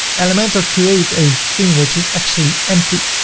elementor created a theme, which is actually empty.